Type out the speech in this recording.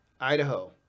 Idaho